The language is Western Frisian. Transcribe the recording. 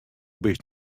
bist